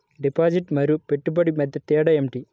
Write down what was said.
Deposit మరియు పెట్టుబడి మధ్య తేడా ఏమిటి?